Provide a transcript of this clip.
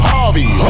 Harvey